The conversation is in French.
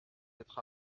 être